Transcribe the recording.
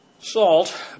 Salt